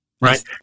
Right